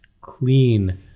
clean